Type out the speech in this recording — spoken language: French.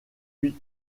puis